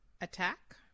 Attack